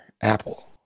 Apple